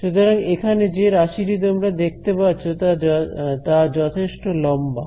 সুতরাং এখানে যে রাশিটি তোমরা দেখতে পাচ্ছ তা যথেষ্ট লম্বা